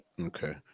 Okay